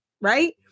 right